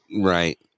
Right